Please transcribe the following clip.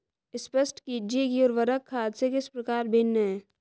स्पष्ट कीजिए कि उर्वरक खाद से किस प्रकार भिन्न है?